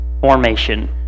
formation